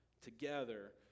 together